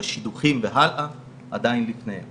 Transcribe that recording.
בשידוכים והלאה עדיין לפניהם